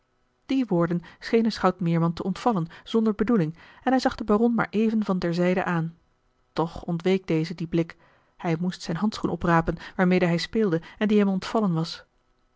die woorden schenen schout meerman te ontvallen zonder bedoeling en hij zag den baron maar even van ter zijde aan toch ontweek dezen dien blik hij moest zijn handschoen oprapen waarmede hij speelde en die hem ontvallen was